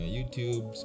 YouTube